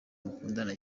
mukundana